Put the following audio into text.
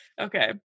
Okay